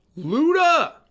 Luda